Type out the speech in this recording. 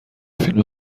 فیلم